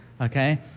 okay